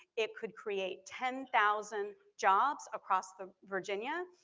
it could create ten thousand jobs across the virginia,